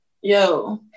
yo